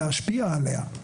להשפיע עליה.